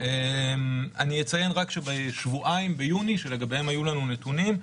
אני אציין רק שבשבועיים ביוני שלגביהם היו לנו נתונים,